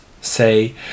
say